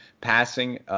passing